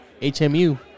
HMU